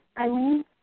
Eileen